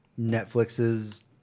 netflix's